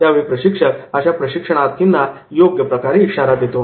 यावेळी प्रशिक्षक अश्या प्रशिक्षणार्थींना योग्य प्रकारे इशारा देतो